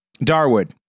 Darwood